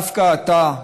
דווקא עתה,